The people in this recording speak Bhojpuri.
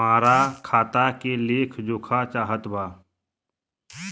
हमरा खाता के लेख जोखा चाहत बा?